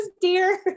dear